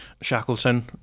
Shackleton